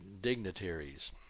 dignitaries